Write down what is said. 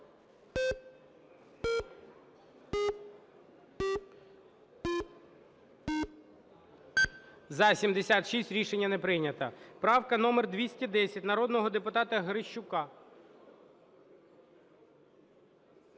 За-76 Рішення не прийнято. Правка номер 210 народного депутата Грищука.